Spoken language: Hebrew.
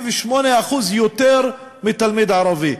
68% יותר מתלמיד ערבי.